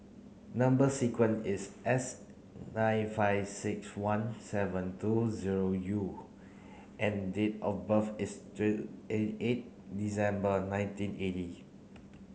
number sequence is S nine five six one seven two zero U and date of birth is eight December nineteen eighty